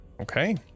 okay